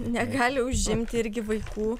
negali užimti irgi vaikų